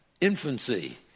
infancy